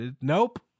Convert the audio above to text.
nope